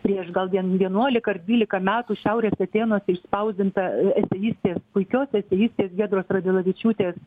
prieš gal vien vienuolika ar dvylika metų šiaurės atėnuose išspausdintą eseistės puikios eseistės giedros radvilavičiūtės